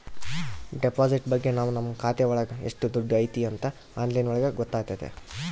deposit ಬಗ್ಗೆ ನಾವ್ ನಮ್ ಖಾತೆ ಒಳಗ ಎಷ್ಟ್ ದುಡ್ಡು ಐತಿ ಅಂತ ಆನ್ಲೈನ್ ಒಳಗ ಗೊತ್ತಾತತೆ